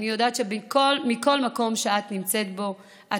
אני יודעת שמכל מקום שאת נמצאת בו את